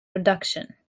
production